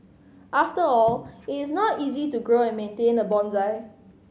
after all it is not easy to grow and maintain a bonsai